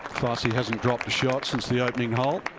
fassi hasn't dropped a shot since the opening hole.